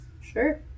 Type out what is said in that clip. Sure